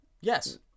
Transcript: yes